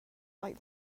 like